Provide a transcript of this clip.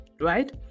right